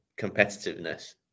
competitiveness